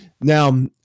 now